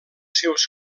seus